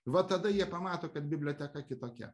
va tada jie pamato kad biblioteka kitokia